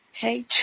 Hey